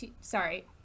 sorry